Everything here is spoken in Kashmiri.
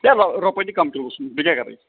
ہے رۄ رۄپَے دِ کَم کِلوَس منٛز بیٚیہِ کیٛاہ کَرَے